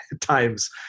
times